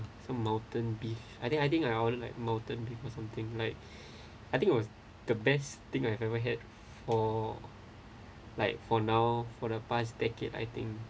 some mountain beef I think I think I all like mountain beef or something like I think was the best thing I have ever had or like for now for the past decade I think